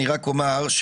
כן, וגם אתה אחר כך.